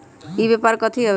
ई व्यापार कथी हव?